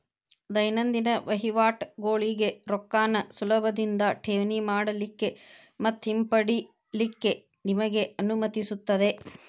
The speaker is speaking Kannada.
ದೈನಂದಿನ ವಹಿವಾಟಗೋಳಿಗೆ ರೊಕ್ಕಾನ ಸುಲಭದಿಂದಾ ಠೇವಣಿ ಮಾಡಲಿಕ್ಕೆ ಮತ್ತ ಹಿಂಪಡಿಲಿಕ್ಕೆ ನಿಮಗೆ ಅನುಮತಿಸುತ್ತದೆ